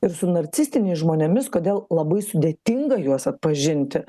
ir su nracistiniais žmonėmis kodėl labai sudėtinga juos atpažinti